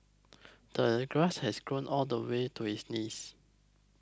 the grass had grown all the way to his knees